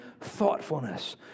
thoughtfulness